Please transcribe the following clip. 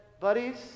buddies